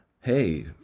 hey